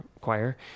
choir